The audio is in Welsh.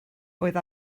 oedd